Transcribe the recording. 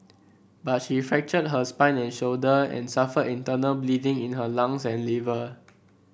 but she fractured her spine and shoulder and suffered internal bleeding in her lungs and liver